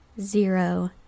zero